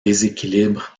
déséquilibre